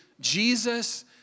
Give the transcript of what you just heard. Jesus